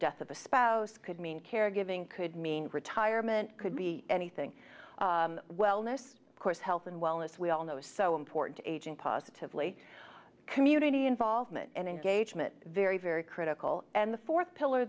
death of a spouse could mean caregiving could mean retirement could be anything wellness course health and wellness we all know is so important aging positively community involvement and engagement very very critical and the fourth pillar